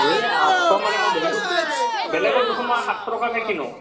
হেই আঠশ মানে মই বেলেগত বেলেগত দেখোন মই সাতশ টকাকে কিনো